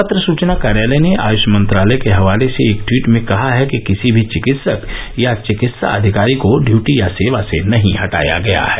पत्र सुचना कार्यालय ने आयुष मंत्रालय के हवाले से एक टवीट में कहा है कि किसी भी चिकित्सक या चिकित्सा अधिकारी को डयूटी या सेवा से हटाया नहीं गया है